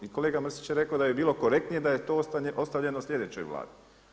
I kolega Mrsić je rekao da bi bilo korektnije da je to ostavljeno sljedećoj Vladi.